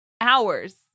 hours